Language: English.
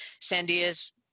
Sandias